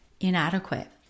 inadequate